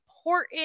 important